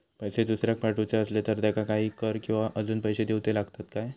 पैशे दुसऱ्याक पाठवूचे आसले तर त्याका काही कर किवा अजून पैशे देऊचे लागतत काय?